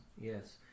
yes